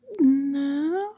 No